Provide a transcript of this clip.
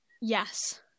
yes